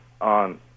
on